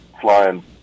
flying